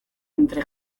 entre